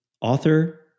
author